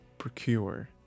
procure